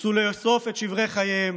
ניסו לאסוף את שברי חייהם.